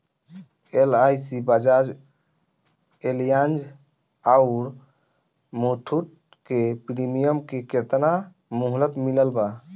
LIC Bajaj Allianz आउर मुथूट के premium के केतना मुहलत मिलल बा?